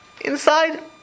Inside